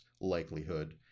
likelihood